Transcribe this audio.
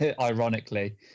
Ironically